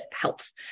health